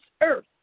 earth